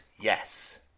Yes